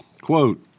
Quote